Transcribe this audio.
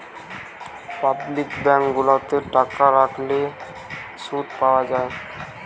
public bank গুলাতে টাকা রাখলে শুধ পাওয়া যায়